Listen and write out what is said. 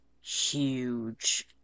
huge